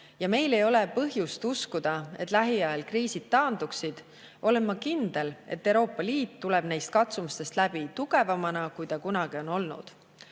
ja meil ei ole põhjust uskuda, et lähiajal kriisid taanduvad, olen ma kindel, et Euroopa Liit tuleb neist katsumustest läbi tugevamana, kui ta kunagi on olnud.